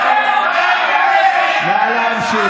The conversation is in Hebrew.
נא להמשיך.